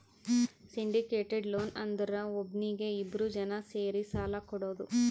syndicated loan ಅಂದುರ್ ಒಬ್ನೀಗಿ ಇಬ್ರು ಜನಾ ಸೇರಿ ಸಾಲಾ ಕೊಡೋದು